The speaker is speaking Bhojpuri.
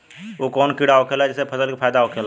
उ कौन कीड़ा होखेला जेसे फसल के फ़ायदा होखे ला?